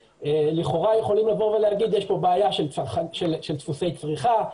לכאורה יכולים לבוא ולומר שיש כאן בעיה של דפוסי צריכה,